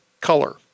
color